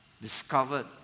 discovered